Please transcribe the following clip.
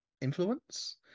influence